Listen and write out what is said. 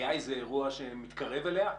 היה איזה אירוע שמתקרב אליה?